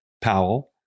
Powell